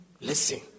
Listen